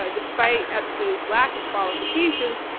ah despite epstein's lack of qualifications,